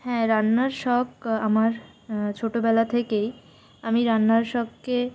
হ্যাঁ রান্নার শখ আমার ছোটোবেলা থেকেই আমি রান্নার শখ কে